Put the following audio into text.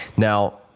now,